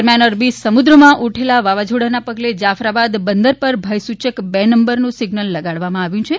દરમિયાન અરબી સમુદ્રમાં ઉઠેલા વાવાઝોડાના પગલે જાફરાબાદ બંદર પર ભયસૂચક બે નંબરનું સિઝનલ લગાડવામાં આવ્યું છે